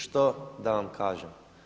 Što da vam kažem?